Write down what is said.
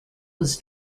was